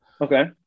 okay